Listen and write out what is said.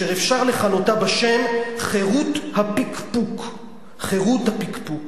"אשר אפשר לכנותה בשם 'חירות הפקפוק'" חירות הפקפוק.